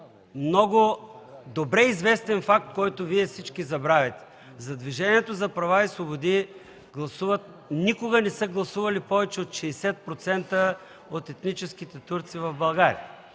много добре известен факт, който Вие всички забравяте. За Движението за права и свободи никога не са гласували повече от 60% от етническите турци в България